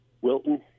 Wilton